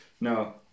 No